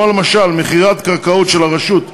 כמו למשל מכירת קרקעות של הרשות,